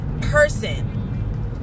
person